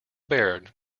baird